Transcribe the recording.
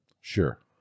Sure